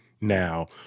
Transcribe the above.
now